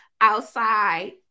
outside